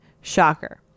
Shocker